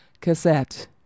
cassette